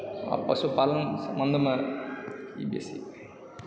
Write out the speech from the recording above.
आ पशुपालन सम्बन्धमे ई बेसी भेल